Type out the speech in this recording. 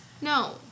no